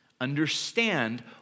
Understand